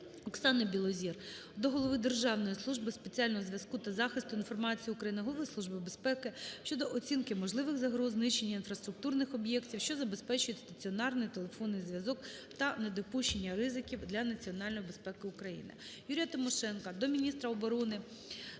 Оксани Білозір до голови Державної служби спеціального зв'язку та захисту інформації України, голови Служби безпеки щодо оцінки можливих загроз знищення інфраструктурних об'єктів, що забезпечують стаціонарний телефонний зв'язок та недопущення ризиків для національної безпеки України. ЮріяТимошенка до міністра оборони